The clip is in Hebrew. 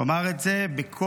הוא אמר את זה בקול